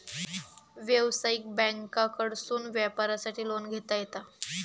व्यवसायिक बँकांकडसून व्यापारासाठी लोन घेता येता